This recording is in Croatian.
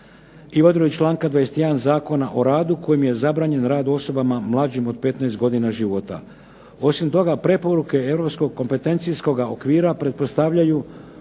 i odredbi članka 21. Zakona o radu kojim je zabranjen rad osobama mlađim od 15 godina života. Osim toga, preporuke europskog kompetencijskog okvira pretpostavljaju